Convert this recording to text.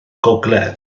gogledd